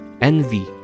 envy